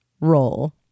roll